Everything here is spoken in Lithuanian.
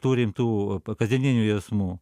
turime tų kasdieninių jausmų